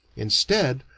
instead,